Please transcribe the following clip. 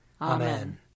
Amen